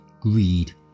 greed